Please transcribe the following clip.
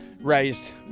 raised